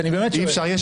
הצבעה מס' 8 בעד